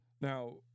Now